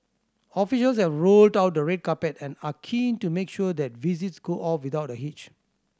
officials have rolled out the red carpet and are keen to make sure that visits go off without a hitch